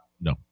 No